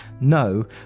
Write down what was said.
no